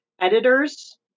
editors